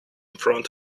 front